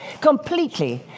completely